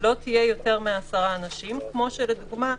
שלא תהיה יותר מעשרה אנשים כמו שלמשל,